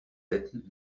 letten